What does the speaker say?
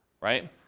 right